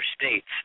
states